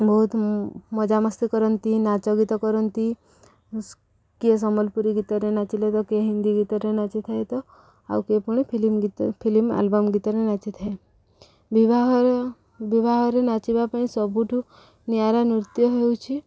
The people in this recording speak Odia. ବହୁତ ମଜାମସ୍ତି କରନ୍ତି ନାଚ ଗୀତ କରନ୍ତି କିଏ ସମ୍ବଲପୁରୀ ଗୀତରେ ନାଚିଲେ ତ କିଏ ହିନ୍ଦୀ ଗୀତରେ ନାଚିଥାଏ ତ ଆଉ କିଏ ପୁଣି ଫିଲ୍ମ ଗୀତ ଫିଲ୍ମ ଆଲବମ୍ ଗୀତରେ ନାଚିଥାଏ ବିବାହର ବିବାହରେ ନାଚିବା ପାଇଁ ସବୁଠୁ ନିଆରା ନୃତ୍ୟ ହେଉଛି